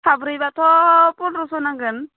साब्रैबाथ' पन्द्रश' नांगोन